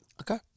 Okay